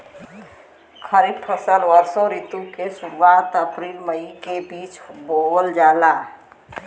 खरीफ फसल वषोॅ ऋतु के शुरुआत, अपृल मई के बीच में बोवल जाला